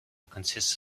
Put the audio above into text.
consists